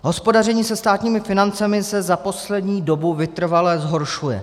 Hospodaření se stáními financemi se za poslední dobu vytrvale zhoršuje.